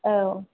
औ